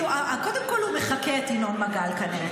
קודם כול הוא מחקה את ינון מגל, כנראה.